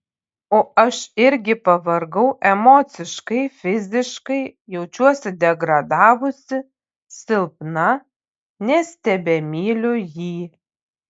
o aš irgi pavargau emociškai fiziškai jaučiuosi degradavusi silpna nes tebemyliu jį